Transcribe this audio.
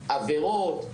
עבירות,